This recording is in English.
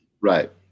right